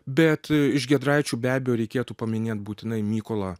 bet iš giedraičių be abejo reikėtų paminėt būtinai mykolą